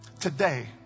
Today